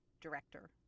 director